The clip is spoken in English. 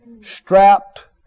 Strapped